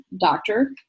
doctor